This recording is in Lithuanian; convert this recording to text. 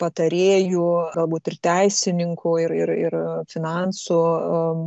patarėjų galbūt ir teisininkų ir ir ir finansų